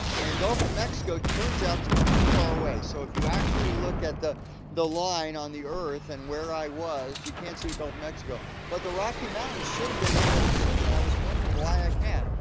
and the gulf of mexico turns out to be too far away so, if you actually look at the the line on the earth and where i was, you can't see the gulf of mexico. but the rocky mountains should have been able to see and i was wondering why i can't.